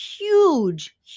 huge